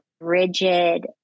rigid